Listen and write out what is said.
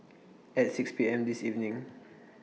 At six P M This evening